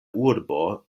urbo